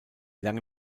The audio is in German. lange